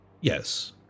Yes